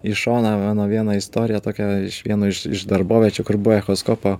į šoną mano vieną istoriją tokią iš vieno iš iš darboviečių kur buvo echoskopo